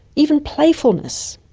even playfulness.